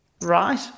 Right